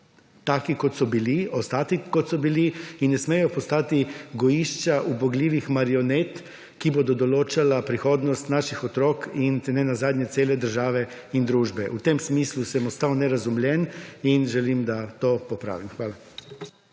taki kot so bili, ostati kot so bili in ne smejo postati gojišča ubogljivih marionet, ki bodo določala prihodnost naših otrok in nenazadnje cele države in družbe. V tem smislu sem ostal nerazumljen in želim, da to popravim. Hvala.